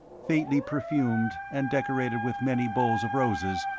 faintly perfumed, and decorated with many bowls of roses,